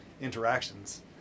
interactions